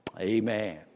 amen